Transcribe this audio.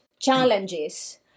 challenges